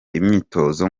imyitozo